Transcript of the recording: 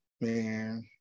man